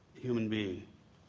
human being,